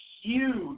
huge